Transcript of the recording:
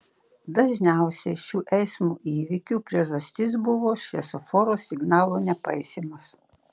dažniausiai šių eismo įvykių priežastis buvo šviesoforo signalo nepaisymas